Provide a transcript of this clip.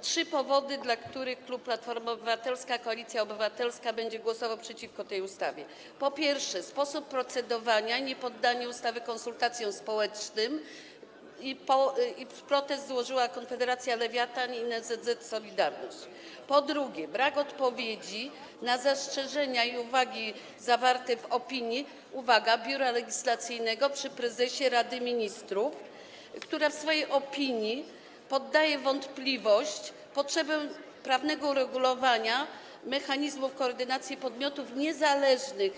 Trzy powody, dla których klub Platforma Obywatelska - Koalicja Obywatelska będzie głosował przeciwko tej ustawie: po pierwsze, sposób procedowania, niepoddanie projektu ustawy konsultacjom społecznym - protest złożyła Konfederacja Lewiatan i NSZZ „Solidarność” - po drugie, brak odpowiedzi na zastrzeżenia i uwagi zawarte w opinii, uwaga, biura legislacyjnego przy prezesie Rady Ministrów, które w swojej opinii podaje w wątpliwość potrzebę prawnego uregulowania mechanizmów koordynacji podmiotów niezależnych